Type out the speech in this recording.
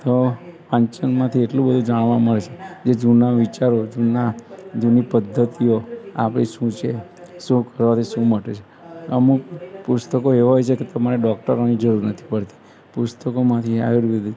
તો વાંચનમાંથી એટલું બધું જાણવા મળશે જે જૂના વિચારો જૂના જૂની પધ્ધતિઓ આપણી શું છે શું કરવાથી શું મટે છે અમુક પુસ્તકો એવા હોય છે કે તમારે ડોકટરોની જરૂર નથી પડતી પુસ્તકોમાંથી આયુર્વેદિક